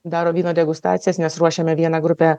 daro vyno degustacijas nes ruošiame vieną grupę